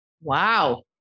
Wow